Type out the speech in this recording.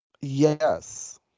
Yes